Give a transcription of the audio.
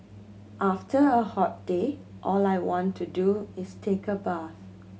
after a hot day all I want to do is take a bath